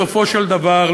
בסופו של דבר,